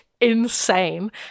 Insane